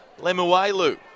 Lemuelu